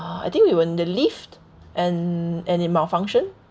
uh I think we were in the lift and and it malfunctioned